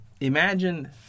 imagine